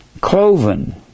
Cloven